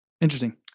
Interesting